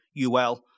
UL